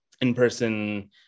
in-person